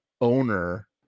owner